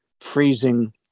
freezing